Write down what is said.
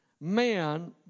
man